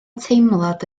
teimlad